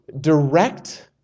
direct